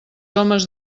homes